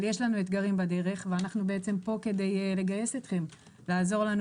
אבל יש לנו אתגרים בדרך ואנחנו פה כדי לגייס אתכם לעזור לנו